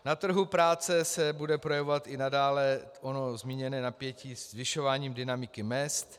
Na trhu práce se bude projevovat i nadále ono zmíněné napětí zvyšováním dynamiky mezd.